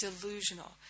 delusional